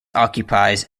occupies